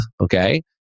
Okay